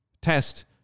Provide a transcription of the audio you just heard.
test